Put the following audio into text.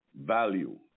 value